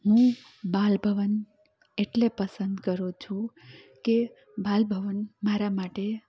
હું બાલભવન એટલે પસંદ કરું છું કે બાલભવન મારા માટે